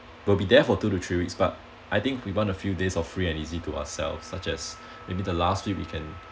will be there for two to three weeks but I think we want a few days of free and easy to ourselves such as maybe the last week we can